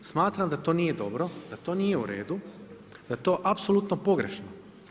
Smatram da to nije dobro, da to nije u redu, da je to apsolutno pogrešno.